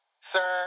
sir